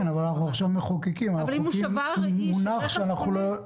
אבל אנחנו מחוקקים עכשיו מונח של נזק של ממש.